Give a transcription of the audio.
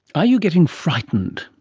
are you getting frightened?